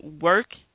work